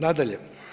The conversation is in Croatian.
Nadalje.